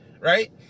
right